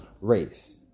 race